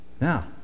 Now